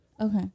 Okay